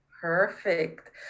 Perfect